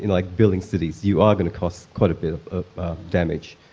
like building cities you are going to cause quite a bit of damage.